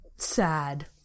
sad